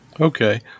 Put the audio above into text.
Okay